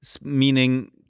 meaning